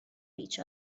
each